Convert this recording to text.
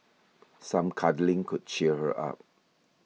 some cuddling could cheer her up